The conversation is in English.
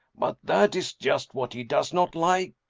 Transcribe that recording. but that is just what he does not like.